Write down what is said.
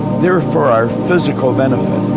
they're for our physical benefit.